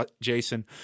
Jason